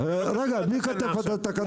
רגע, מי כתב את התקנה?